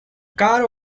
car